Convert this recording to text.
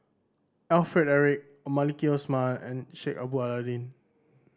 Alfred Eric Maliki Osman and Sheik Alau'ddin